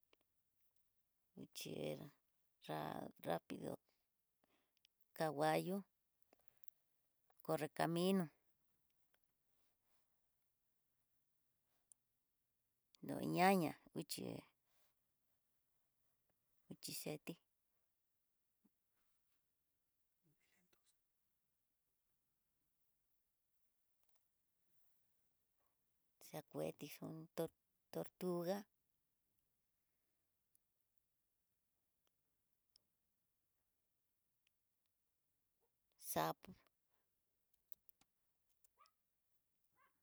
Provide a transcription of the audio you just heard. Vixhinrá ra- rapido kanguayó, corre camino, no ñaña nguxhi, nguxhi xetí, xa kueti xon tortuga, sapo.